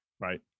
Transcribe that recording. right